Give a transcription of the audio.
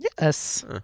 Yes